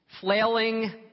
Flailing